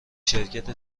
شرکت